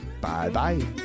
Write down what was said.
Bye-bye